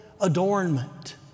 adornment